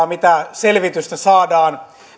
mitä selvitystä saadaan